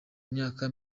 myaka